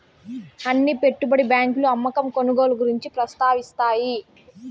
అన్ని పెట్టుబడి బ్యాంకులు అమ్మకం కొనుగోలు గురించి ప్రస్తావిస్తాయి